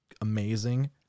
amazing